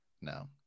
no